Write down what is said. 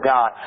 God